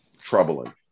troubling